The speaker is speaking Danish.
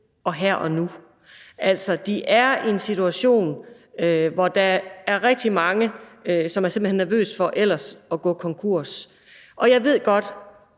her og nu. De er i en situation, hvor der er rigtig mange, der simpelt hen er nervøse for at gå konkurs. Jeg ved godt,